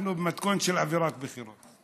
אנחנו במתכון של אווירת בחירות,